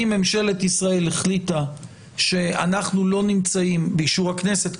אם ממשלת ישראל החליטה באישור הכנסת,